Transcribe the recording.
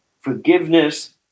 Forgiveness